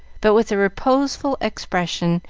but with a reposeful expression,